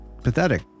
pathetic